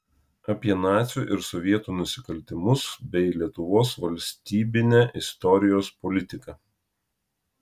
apie nacių ir sovietų nusikaltimus bei lietuvos valstybinę istorijos politiką